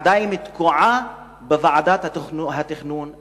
עדיין תקועה בוועדת התכנון והבנייה.